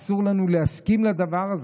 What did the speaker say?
אסור לנו להסכים לדבר הזה.